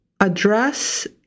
address